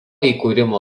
įkūrimo